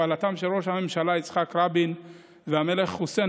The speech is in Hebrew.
בהובלתם של ראש הממשלה יצחק רבין והמלך חוסיין,